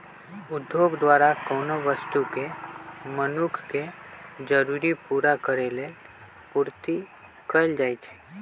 उद्योग द्वारा कोनो वस्तु के मनुख के जरूरी पूरा करेलेल पूर्ति कएल जाइछइ